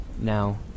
now